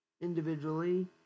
individually